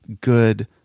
good